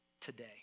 today